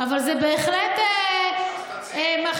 אבל זה בהחלט, אז תציעי.